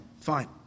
Fine